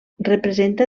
representa